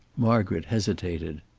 margaret hesitated.